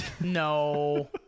No